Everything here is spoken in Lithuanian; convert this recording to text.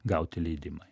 gauti leidimą